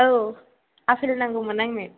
औ आपेल नांगौमोन आंनो